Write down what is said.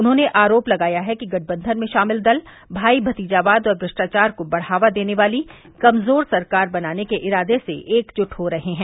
उन्होंने आरोप लगाया है कि गठबंधन में शामिल दल भाई भतीजावाद और भ्रष्टाचार को बढ़ावा देने वाली कमजोर सरकार बनाने के इरादे से एकजुट हो रहे हैं